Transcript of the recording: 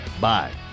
Bye